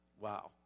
wow